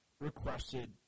requested